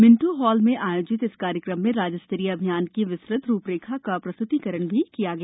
Minto Hall में आयोजित इस कार्यक्रम में राज्य स्तरीय अभियान की विस्तृत रूपरेखा का प्रस्तुतिकरण भी किया गया